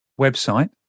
website